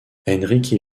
enrique